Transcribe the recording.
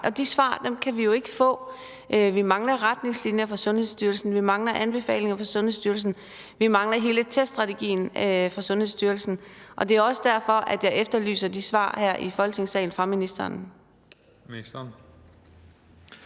Og de svar kan vi jo ikke få. Vi mangler retningslinjer fra Sundhedsstyrelsen, vi mangler anbefalinger fra Sundhedsstyrelsen, vi mangler hele teststrategien fra Sundhedsstyrelsen, og det er også derfor, at jeg efterlyser de svar fra ministeren